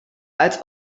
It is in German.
als